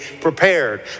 prepared